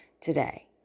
today